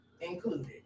included